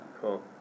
cool